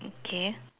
K